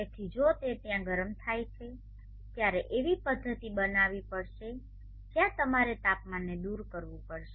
તેથી જો તે ત્યાં ગરમ થાય છે તમારે એવી પદ્ધતિઓ બનાવવી પડશે જ્યાં તમારે તાપમાનને દૂર કરવું પડશે